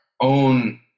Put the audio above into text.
own